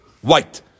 White